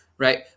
Right